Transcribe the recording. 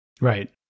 Right